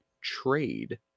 trade